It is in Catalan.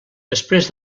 després